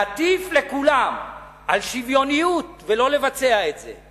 להטיף לכולם על שוויוניות ולא לבצע את זה,